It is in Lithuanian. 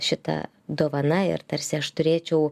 šita dovana ir tarsi aš turėčiau